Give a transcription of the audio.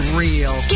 real